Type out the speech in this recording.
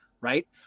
right